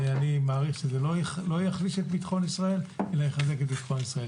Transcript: אני מעריך שזה לא יחליש את ביטחון ישראל אלא יחזק את ביטחון ישראל.